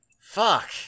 Fuck